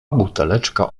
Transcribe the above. buteleczka